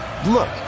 Look